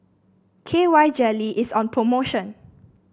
K Y Jelly is on promotion